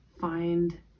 find